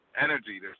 energy